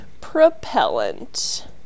propellant